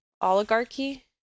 oligarchy